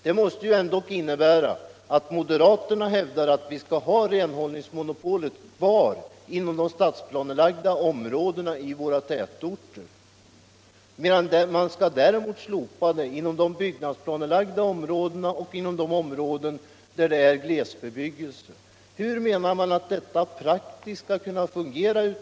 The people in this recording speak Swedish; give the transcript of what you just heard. Det måste ändock innebära att moderaterna hävdar att vi skall ha renhållningsmonopolet kvar inom de stadsplanelagda områdena i våra tätorter, medan man däremot skall slopa det inom de byggnadsplanelagda områdena och inom områden med glesbebyggclse. Hur menar reservanterna att detta praktiskt skall kunna fungera?